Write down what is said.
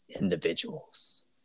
individuals